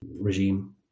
regime